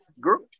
group